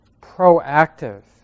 proactive